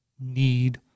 need